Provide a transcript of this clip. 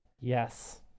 Yes